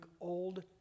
old